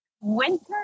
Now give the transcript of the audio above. winter